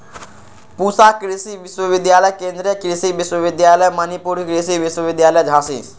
पूसा कृषि विश्वविद्यालय, केन्द्रीय कृषि विश्वविद्यालय मणिपुर, कृषि विश्वविद्यालय झांसी